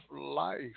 life